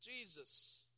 Jesus